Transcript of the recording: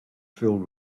filled